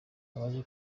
abaje